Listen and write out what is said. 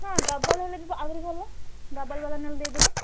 ହଁ ଡବଲ୍ ହେଲେ ବି ଆହୁରି ଭଲ ଡବଲ୍ ବାଲା ନହେଲେ ଦେଇ ଦେବେ